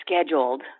scheduled